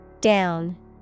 Down